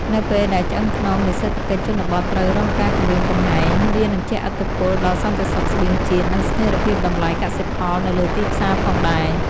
នៅពេលដែលឆ្អឹងខ្នងនៃសេដ្ឋកិច្ចជនបទត្រូវរងការគំរាមកំហែង វានឹងជះឥទ្ធិពលដល់សន្តិសុខស្បៀងជាតិ និងស្ថិរភាពតម្លៃកសិផលនៅលើទីផ្សារផងដែរ។